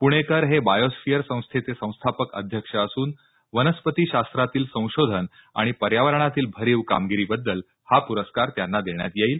प्णेकर हे बायोस्फिअर संस्थेचे संस्थापक अध्यक्ष असून वनस्पती शास्त्रातील संशोधन आणि पर्यावरणातील भरीव कामगिरीबद्दल हा पुरस्कार त्यांना देण्यात येईल